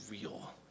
real